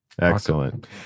excellent